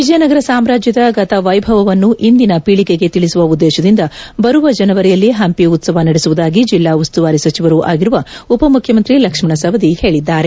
ವಿಜಯನಗರ ಸಾಮ್ರಾಜ್ಯದ ಗತವೈಭವವನ್ನು ಇಂದಿನ ಪೀಳಿಗೆಗೆ ತಿಳಿಸುವ ಉದ್ದೇಶದಿಂದ ಬರುವ ಜನವರಿಯಲ್ಲಿ ಹಂಪಿ ಉತ್ಸವ ನಡೆಸುವುದಾಗಿ ಜಿಲ್ಲಾ ಉಸ್ತುವಾರಿ ಸಚಿವರೂ ಆಗಿರುವ ಉಪಮುಖ್ಯಮಂತ್ರಿ ಲಕ್ಷ್ಮಣ ಸವದಿ ಹೇಳಿದ್ದಾರೆ